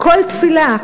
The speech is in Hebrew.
"כל תפלה,